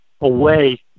away